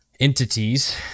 entities